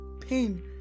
pain